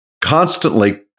constantly